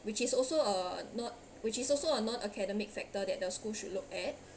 which is also uh non which is also a non academic factor that the school should look at